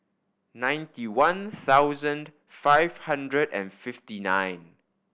ninety one thousand five hundred and fifty nine